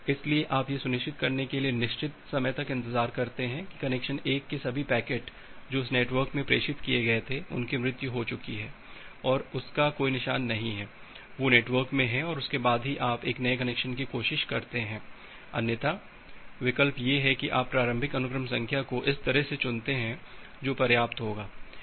इसलिए आप यह सुनिश्चित करने के लिए निश्चित समय का इंतजार करते हैं कि कनेक्शन 1 के लिए सभी पैकेट जो उस नेटवर्क में प्रेषित किए गए थे उनकी मृत्यु हो चुकी है और उस का कोई निशान नहीं है वे नेटवर्क में हैं और उसके बाद ही आप एक नए कनेक्शन की कोशिश करते हैं अन्यथा विकल्प यह है कि आप प्रारंभिक अनुक्रम संख्या को इस तरह से चुनते हैं जो पर्याप्त होगा